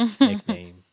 nickname